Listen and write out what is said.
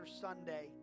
Sunday